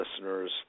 listeners